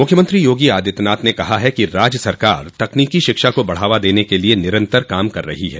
मुख्यमंत्री योगी आदित्यनाथ ने कहा है कि राज्य सरकार तकनीको शिक्षा को बढ़ावा देने के लिये निरंतर काम कर रही है